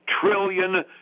trillion